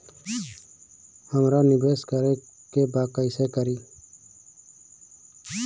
हमरा निवेश करे के बा कईसे करी?